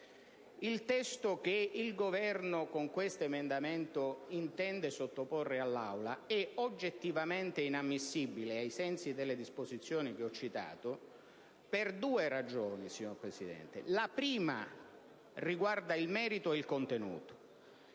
Il testo che il Governo con questo emendamento intende sottoporre all'Aula è oggettivamente inammissibile, ai sensi delle disposizioni che ho citato, per una serie di ragioni, signor Presidente. La prima riguarda il merito ed il contenuto: